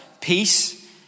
peace